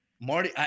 Marty